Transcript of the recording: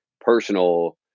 personal